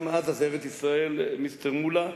גם עזה זה ארץ-ישראל, מיסטר מולה.